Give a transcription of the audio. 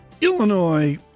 Illinois